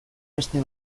beste